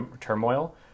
turmoil